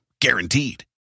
guaranteed